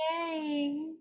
Yay